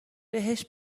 بهش